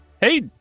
Hey